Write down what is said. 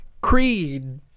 Creed